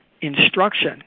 instruction